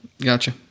Gotcha